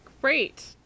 Great